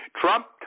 trump